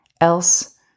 Else